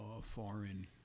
foreign